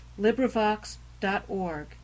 LibriVox.org